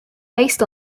based